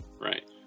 Right